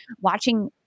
watching